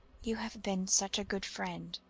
you have been such a good friend,